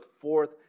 fourth